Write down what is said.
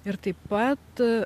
ir taip pat